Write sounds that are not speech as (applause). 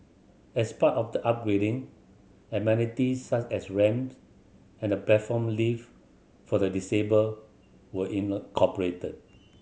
as part of the upgrading amenities such as ramps and a platform lift for the disabled were (unintelligible)